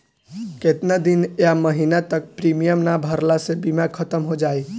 केतना दिन या महीना तक प्रीमियम ना भरला से बीमा ख़तम हो जायी?